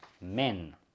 men